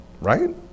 right